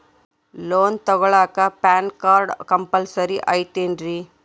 Loan ತೊಗೊಳ್ಳಾಕ PAN card compulsory ಐಯ್ತೇನ್ರಿ?